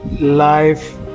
life